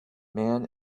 man